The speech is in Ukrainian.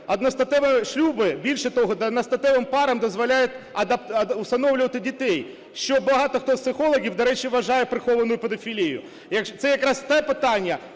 одностатеві шлюби, більше того, одностатевим парам дозволяють всиновлювати дітей, що багато хто з психологів, до речі, вважає прихованою педофілією. Це якраз те питання,